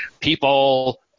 people –